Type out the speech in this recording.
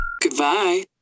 Goodbye